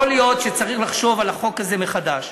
יכול להיות שצריך לחשוב על החוק הזה מחדש,